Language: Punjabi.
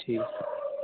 ਠੀਕ